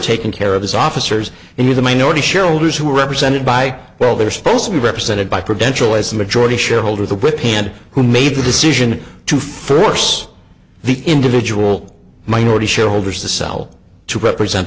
taken care of his officers and you the minority shareholders who are represented by well they're supposed to be represented by credential as majority shareholder the whip hand who made the decision to force the individual minority shareholders to sell to represent